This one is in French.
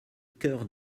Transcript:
cœur